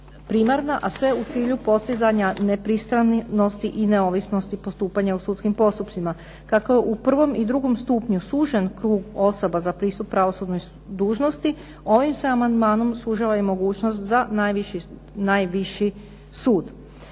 primarna, a sve u cilju postizanja nepristranosti i neovisnosti postupanja u sudskim postupcima. Kako je u prvom i drugom stupnju sužen krug osoba za pristup pravosudnoj dužnosti, ovim se amandmanom sužava i mogućnost za najviši sud.